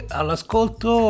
all'ascolto